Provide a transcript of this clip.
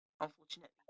unfortunately